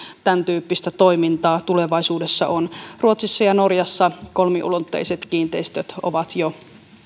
tämäntyyppistä toimintaa tulevaisuudessa on ruotsissa ja norjassa kolmiulotteiset kiinteistöt ovat jo